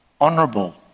honourable